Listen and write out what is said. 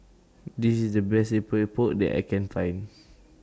This IS The Best Epok Epok that I Can Find